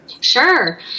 Sure